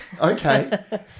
Okay